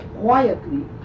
quietly